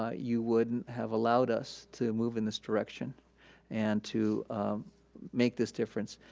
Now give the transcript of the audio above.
ah you wouldn't have allowed us to move in this direction and to make this difference.